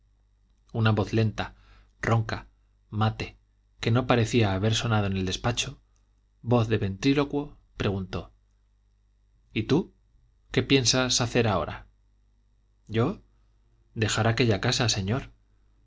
una voz lenta ronca mate que no parecía haber sonado en el despacho voz de ventrílocuo preguntó y tú qué piensas hacer ahora yo dejar aquella casa señor